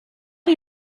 are